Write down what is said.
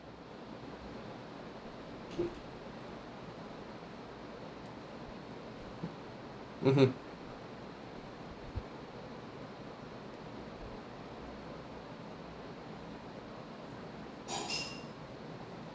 mmhmm